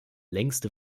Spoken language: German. längste